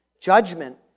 judgment